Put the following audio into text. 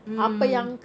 mm